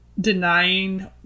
denying